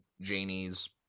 Janie's